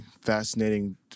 fascinating